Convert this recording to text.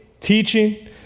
teaching